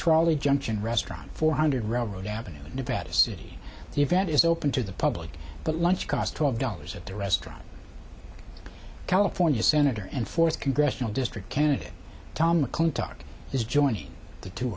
trolley junction restaurant four hundred railroad avenue in nevada city the event is open to the public but lunch cost twelve dollars at the restaurant california senator and fourth congressional district candidate tom mcclintock is joining the to